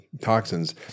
toxins